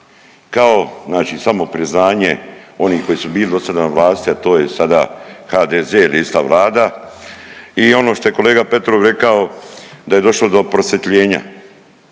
znači samopriznanje onih koji su bili do sada na vlasti, a to je sada HDZ … ista Vlada i ono što je kolega Petrov rekao da je došlo do prosvjetljenja.